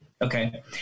Okay